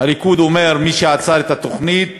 הליכוד אומר: מי שעצר את התוכנית